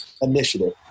initiative